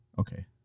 Okay